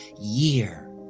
year